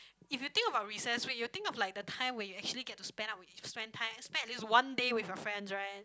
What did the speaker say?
if you think about recess week you'll think of like the time where you actually get to spend out with to spend time spend at least one day with your friends right